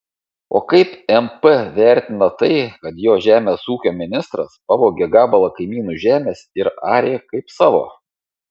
o kaip mp vertina tai kad jo žemės ūkio ministras pavogė gabalą kaimynų žemės ir arė kaip savo